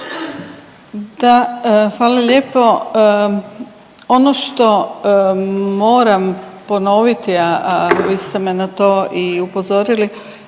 Da, fala lijepo. Ono što moram ponoviti, a vi ste me na to i upozorili,